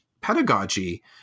pedagogy